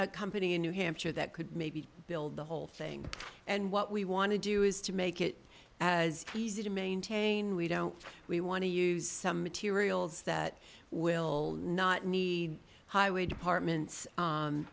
a company in new hampshire that could maybe build the whole thing and what we want to do is to make it as easy to maintain we don't we want to use some materials that will not need highway department